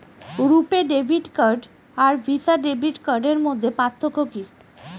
রূপে debit card আর Visa debit কার্ডের মধ্যে পার্থক্য কি?